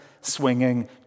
swinging